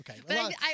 okay